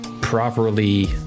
properly